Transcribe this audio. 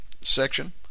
section